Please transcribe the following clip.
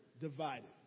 divided